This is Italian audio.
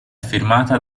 firmata